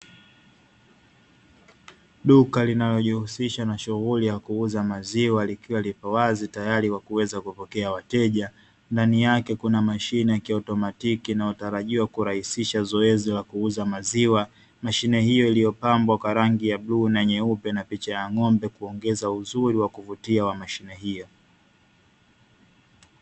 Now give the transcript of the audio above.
Duka linalojihusisha na shughuli ya kuuza maziwa likiwa liko wazi tayari kwa kuweza kupokea wateja. Ndani yake kuna mashine ya kiautomatiki inayotarajiwa kurahisisha zoezi la kuuza maziwa. Mashine hio iliopambwa kwa rangi ya bluu na nyeupe na picha ya ng'ombe kuongeza uzuri wa kuvutia wa mashine hio.